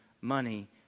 money